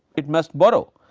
it must borrow.